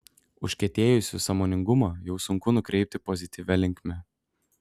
užkietėjusių sąmoningumą jau sunku nukreipti pozityvia linkme